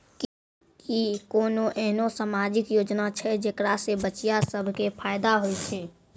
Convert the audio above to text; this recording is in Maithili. कि कोनो एहनो समाजिक योजना छै जेकरा से बचिया सभ के फायदा होय छै?